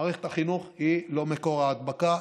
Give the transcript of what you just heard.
מערכת החינוך היא לא מקור ההדבקה,